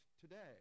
today